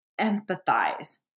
empathize